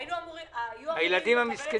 הינו אמורים לקבל את זה ב-1 בספטמבר.